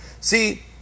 See